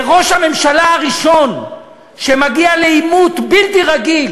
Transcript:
זה ראש הממשלה הראשון שמגיע לעימות בלתי רגיל